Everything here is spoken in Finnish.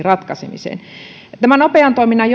ratkaisemiseen tämä nopean toiminnan